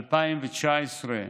2019,